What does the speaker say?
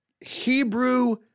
Hebrew